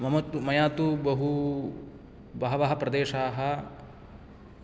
मम तु मया तु बहु बहवः प्रदेशाः